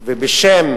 ובשם